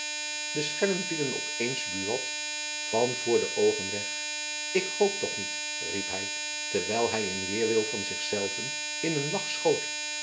de schellen vielen op eens buat van voor deoogen weg ik hoop toch niet riep hy terwijl hy in weêrwil van zichzelven in een lach schoot